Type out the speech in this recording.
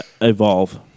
Evolve